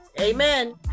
Amen